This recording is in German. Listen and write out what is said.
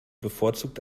bevorzugt